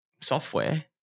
software